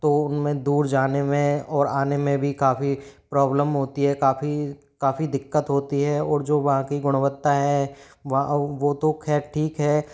तो उनमें दूर जाने में और आने में भी काफ़ी प्रॉब्लम होती है काफ़ी काफ़ी दिक्कत होती है और जो वहाँ कि गुणवत्ता है वह तो खैर ठीक है